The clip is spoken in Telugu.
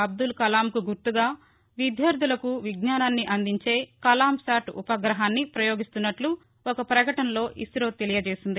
అబ్దుల్ కలాంకు గుర్తగా విద్యార్ధలకు విజ్ఞానాన్ని అందించే కలాం శాట్ ఉపగ్రహాన్ని పయోగిస్తున్నట్లు ఒక పకటనలో ఇస్లో తెలియచేసింది